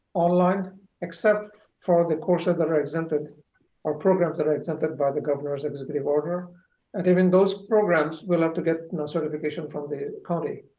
online except for the courses that are exempted or programs that are exempted by the governor's executive order and even those programs will have to get certification from the county.